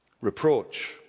reproach